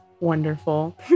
wonderful